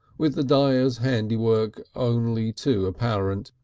with the dyer's handiwork only too apparent,